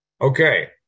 Okay